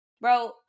bro